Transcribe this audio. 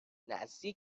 نزدیک